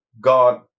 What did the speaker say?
God